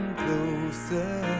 closer